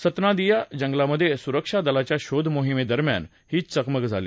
सतनादीया जंगलामधे सुरक्षादलाच्या शोधमोहिमे दरम्यान ही चकमक झाली